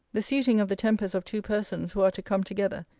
the suiting of the tempers of two persons who are to come together,